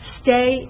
stay